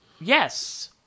Yes